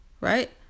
right